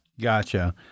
Gotcha